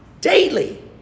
daily